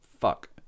fuck